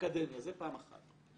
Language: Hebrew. זה פעם אחת.